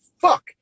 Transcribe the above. fuck